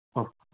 हा